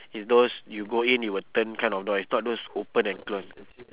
is those you go in it will turn kind of door is not those open and close